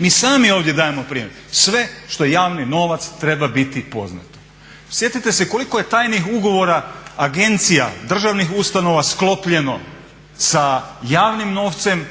Mi sami ovdje dajemo prijave, sve što je javni novac, treba biti poznato. Sjetite se koliko je tajnih ugovora agencija državnih ustanova sklopljeno sa javnim novcem